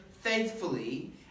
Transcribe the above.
faithfully